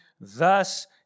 thus